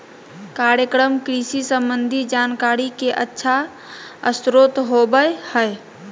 कार्यक्रम कृषि संबंधी जानकारी के अच्छा स्रोत होबय हइ